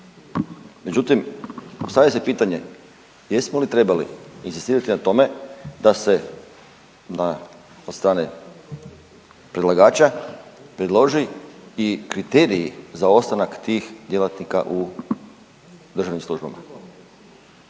Međutim, postavlja se pitanje jesmo li trebali inzistirati na tome da se od strane predlagača predloži i kriteriji za ostanak tih djelatnika u državnim službama?